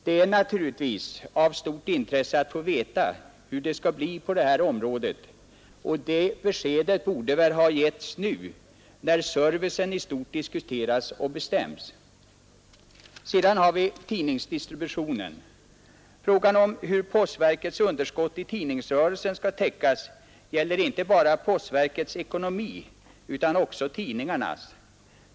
Det är naturligtvis av stort intresse Nr 41 att få veta hur det skall bli på det här området, och det beskedet borde Onsdagen den väl ha givits nu när servicen i stort diskuteras och bestäms. 15 mars 1972 Sedan har vi tidningsdistributionen. Frågan om hur postverkets underskott i tidningsrörelsen skall täckas gäller inte bara postverkets ekonomi utan också tidningarnas.